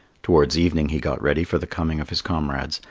towards evening he got ready for the coming of his comrades,